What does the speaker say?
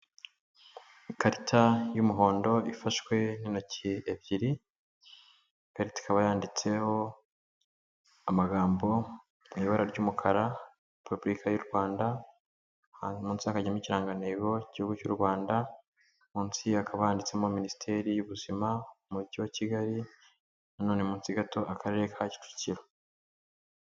Ikarita y'umuhondo ifashwe n'intoki ebyiri, ikarita ikaba yanditseho amagambo mu ibara ry'umukara, Repubulika y'u Rwanda hanyuma munsi hajyamo ikirangantego ki gihugu cy' u Rwanda, munsi hakaba handitsemo muri minisiteri y'ubuzima umujyi wa kigali, nanone munsi gato akarere ka kicukiro.